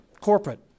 Corporate